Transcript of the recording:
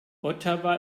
ottawa